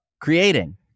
creating